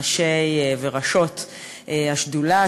ראשי וראשות השדולה,